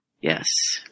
Yes